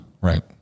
Right